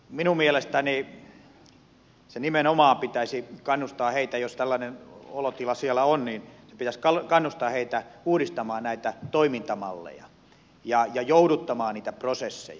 minun mielestäni sen nimenomaan pitäisi kannustaa heitä jos tällainen olotila siellä on uudistamaan näitä toimintamalleja ja jouduttamaan niitä prosesseja